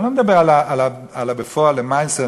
אני לא מדבר על הבפועל, למעשה.